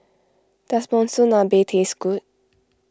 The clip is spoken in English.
does Monsunabe taste good